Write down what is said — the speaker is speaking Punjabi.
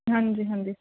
ਹਾਂਜੀ ਹਾਂਜੀ